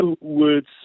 words